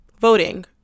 voting